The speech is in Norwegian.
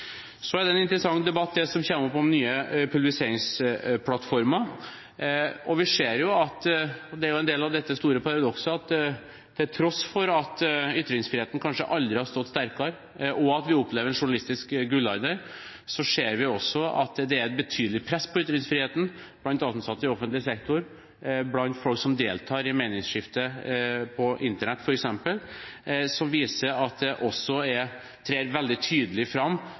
Så er statsbudsjettet kanskje den første – i hvert fall en veldig gyllen – anledning til å vise at de gode intensjonene i denne debatten blir videreført. Vi skal også følge svært nøye med på utviklingen i momssaken, som statsråden viste til. Det som kommer opp om nye publiseringsplattformer, er en interessant debatt. En stor del av dette store paradokset er at til tross for at ytringsfriheten kanskje aldri har stått sterkere, og at vi opplever en journalistisk gullalder, ser vi også at det er et betydelig press på ytringsfriheten blant